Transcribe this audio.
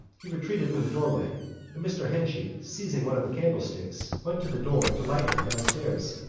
he retreated from the doorway and mr. henchy, seizing one of the candlesticks, went to the door to light him downstairs.